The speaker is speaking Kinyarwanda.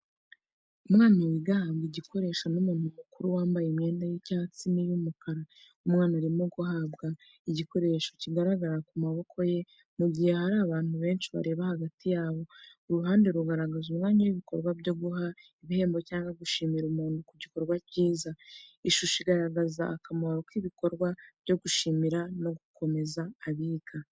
Umwana wiga ahabwa igikoresho n'umuntu mukuru, wambaye imyenda y'icyatsi n'iy'umukara. Umwana arimo guhabwa igikoresho, kigaragara ku maboko ye, mu gihe hari abantu benshi bareba hagati yabo. Uru ruhande rugaragaza umwanya w'ibikorwa byo guha ibihembo cyangwa gushimira umuntu ku bikorwa byiza. Ishusho igaragaza akamaro k'ibikorwa byo gushimira no gukomeza abiga.